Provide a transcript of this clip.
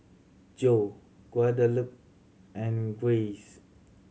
Jo Guadalupe and Grayce